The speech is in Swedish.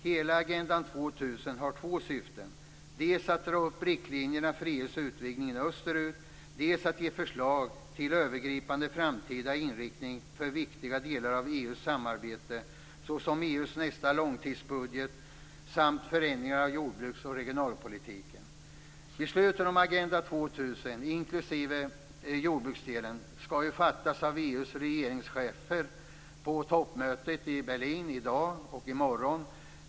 Hela Agenda 2000 har två syften, dels att dra upp riktlinjerna för EU:s utvidgning österut, dels att ge förslag till övergripande framtida inriktning för viktiga delar av EU-samarbetet, såsom EU:s nästa långtidsbudget samt förändringar av jordbruks och regionalpolitiken. Beslut om Agenda 2000, inklusive jordbruksdelen, skall fattas av EU:s regeringschefer på toppmötet i Berlin i dag och i morgon.